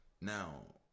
Now